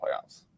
playoffs